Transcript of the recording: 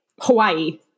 Hawaii